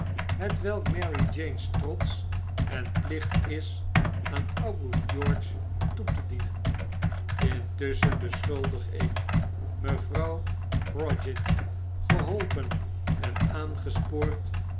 marie jane's trots en plicht is aan august george toetedienenl intusschen beschuldig ik mevrouw prodgit geholpen en aangespoord